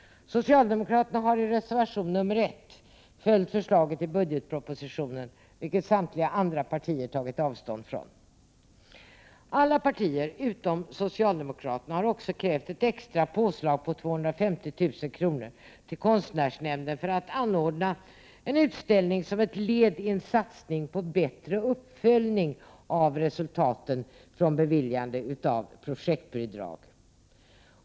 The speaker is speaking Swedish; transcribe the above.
Socialdemokraterna har i reservation nr 1 följt förslaget i budgetpropositionen, vilket samtliga andra partier tagit avstånd från. Alla partier utom socialdemokraterna har också krävt ett extra påslag på 250 000 kr. till konstnärsnämnden för att anordna en utställning som ett led i en satsning på bättre uppföljning av resultaten från beviljade projektbidrag.